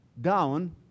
down